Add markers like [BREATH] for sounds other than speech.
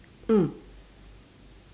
mm [BREATH]